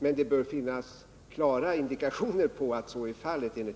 Men det bör då enligt min uppfattning finnas klara indikationer på att så är fallet.